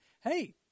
hey